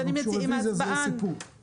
אם תבקשו רוויזיה, זה יהיה סיפור.